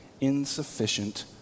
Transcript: insufficient